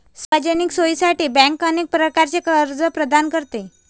सार्वजनिक सोयीसाठी बँक अनेक प्रकारचे कर्ज प्रदान करते